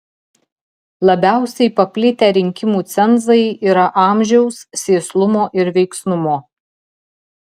labiausiai paplitę rinkimų cenzai yra amžiaus sėslumo ir veiksnumo